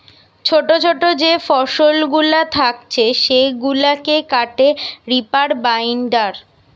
ছোটো ছোটো যে ফসলগুলা থাকছে সেগুলাকে কাটে রিপার বাইন্ডার